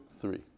three